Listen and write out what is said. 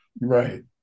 Right